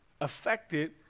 affected